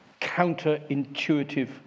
counterintuitive